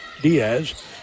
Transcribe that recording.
Diaz